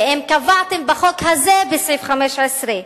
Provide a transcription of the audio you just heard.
ואם קבעתם בחוק הזה בסעיף 15,